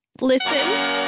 Listen